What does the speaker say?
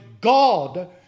God